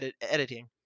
editing